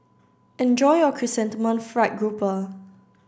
enjoy your chrysanthemum fried grouper